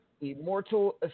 immortal